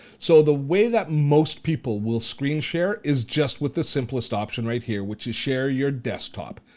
so, the way that most people will screen share is just with the simplest option right here, which is share your desktop.